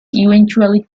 eventually